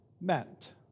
meant